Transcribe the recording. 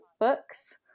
books